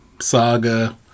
saga